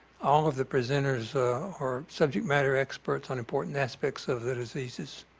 all of the presenters are subject matter experts on important aspects of the diseases.